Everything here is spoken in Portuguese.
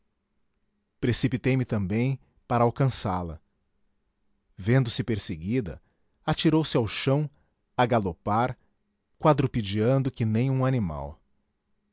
desconhecido precipitei me também para alcançá-la vendo-se perseguida atirou-se ao chão a galopar quadrupedando que nem um animal